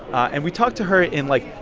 and we talked to her in, like,